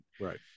right